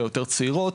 היותר צעירות,